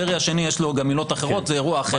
לדרעי השני יש גם עילות אחרות, זה אירוע אחר.